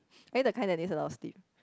are you the kind that needs a lot of sleep